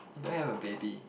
you don't have a baby